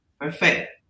perfect